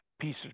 piece